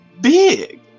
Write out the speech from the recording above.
big